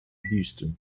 houston